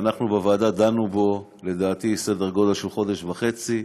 אנחנו בוועדה דנו בו, לדעתי, כחודש וחצי.